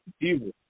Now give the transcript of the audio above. evil